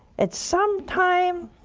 at some time,